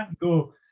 go